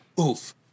OOF